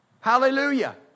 Hallelujah